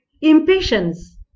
Impatience